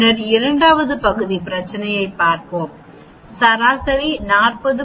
பின்னர் இரண்டாவது பகுதி பிரச்சனை பார்ப்போம் சராசரி 40